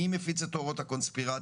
בואו נעמוד מול מפיצי תיאוריות הקונספירציה.